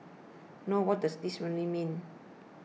no what does this really mean